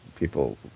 People